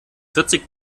vierzig